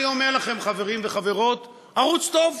אני אומר לכם, חברים וחברות: הערוץ טוב.